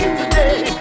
today